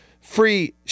Free